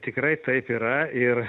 tikrai taip yra ir